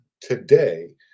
today